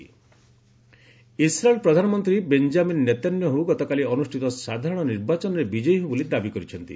Israel vote Israel ପ୍ରଧାନମନ୍ତ୍ରୀ Benjamin Netanyahu ଗତକାଲି ଅନୁଷ୍ଠିତ ସାଧାରଣ ନିର୍ବାଚନରେ ବିଜୟୀ ହେବେ ବୋଲି ଦାବି କରିଛନ୍ତି